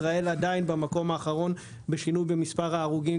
ישראל עדיין במקום האחרון בשינוי במספר ההרוגים,